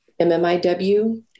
MMIW